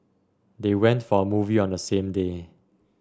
they went for a movie on the same day